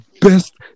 best